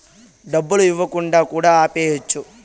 డబ్బులు ఇవ్వకుండా కూడా ఆపేయచ్చు